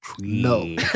No